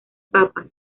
papas